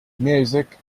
music